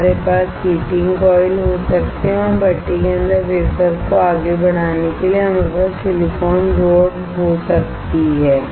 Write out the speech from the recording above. हमारे पास heating coil हो सकते हैं और भट्टी के अंदर वेफर को आगे बढ़ाने के लिए हमारे पास सिलिकॉन रॉड हो सकती है